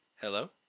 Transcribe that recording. Hello